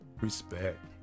Respect